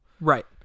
Right